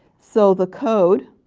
so the code